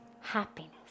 happiness